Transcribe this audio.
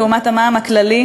לעומת המע"מ הכללי,